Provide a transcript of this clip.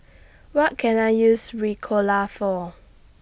What Can I use Ricola For